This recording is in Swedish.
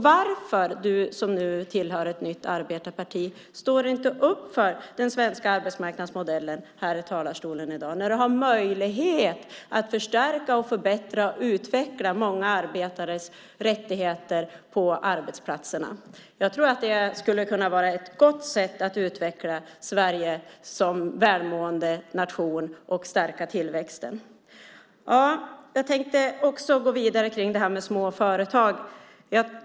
Varför står du, som tillhör ett nytt arbetarparti, inte upp för den svenska arbetsmarknadsmodellen här i talarstolen i dag? Nu har du möjlighet att förstärka, förbättra och utveckla många arbetares rättigheter på arbetsplatserna. Det skulle kunna vara ett bra sätt att utveckla Sverige som välmående nation och stärka tillväxten. Jag ska också gå vidare när det gäller de små företagen.